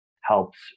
helps